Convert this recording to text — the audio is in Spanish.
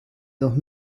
dos